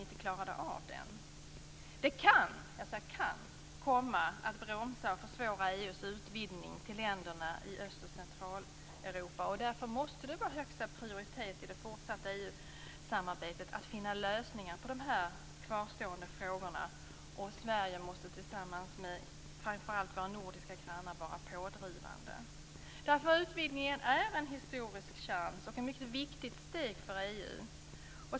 Detta kan komma att bromsa och försvåra EU:s utvidgning till länderna i Öst och Centraleuropa. Det fortsatta EU arbetet att finna lösningar på dessa kvarstående frågor måste därför ges högsta prioritet. Sverige måste här vara pådrivande, framför allt tillsammans med sina nordiska grannar. Utvidgningen är nämligen en historisk chans och ett mycket viktigt steg för EU.